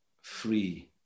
free